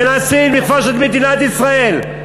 מנסים לכבוש את מדינת ישראל.